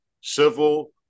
civil